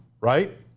right